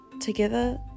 together